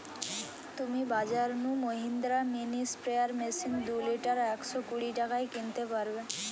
তুমি বাজর নু মহিন্দ্রা মিনি স্প্রেয়ার মেশিন দুই লিটার একশ কুড়ি টাকায় কিনতে পারবে